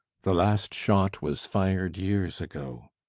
the last shot was fired years ago.